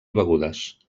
begudes